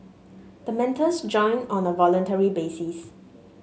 the mentors join on a voluntary basis